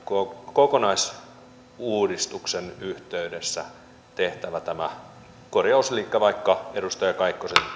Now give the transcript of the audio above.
kokonaisuudistuksen yhteydessä tehtävä tämä korjausliike vaikka edustaja kaikkosen